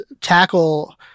tackle